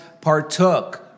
partook